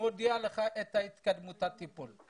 נודיע לך על התקדמות הטיפול.